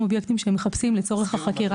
אובייקטיבים שהם מחפשים לצורך החקירה.